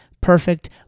perfect